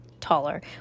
taller